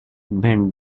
movement